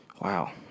wow